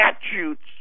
statutes